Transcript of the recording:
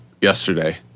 yesterday